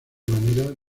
manera